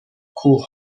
کوه